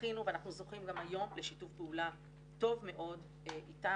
זכינו ואנחנו זוכים גם היום לשיתוף פעולה טוב מאוד איתם,